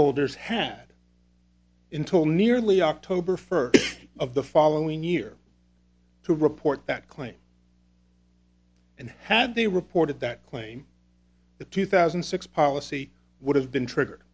holders had in till nearly october first of the following year to report that claim and had they reported that claim the two thousand and six policy would have been trigger